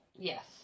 Yes